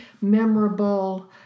memorable